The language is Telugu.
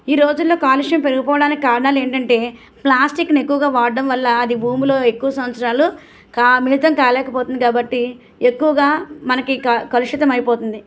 ఈరోజుల్లో కాలుష్యం పెరిగిపోవడానికి కారణాలు ఏంటంటే ప్లాస్టిక్ని ఎక్కువగా వాడడం వల్ల అది భూమిలో ఎక్కువ సంవత్సరాలు కాం మిళితం కాలేక పోతుంది కాబట్టి ఎక్కువగా మనకి క కలుషితం అయిపోతుంది